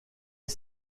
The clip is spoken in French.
est